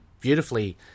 beautifully –